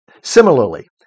Similarly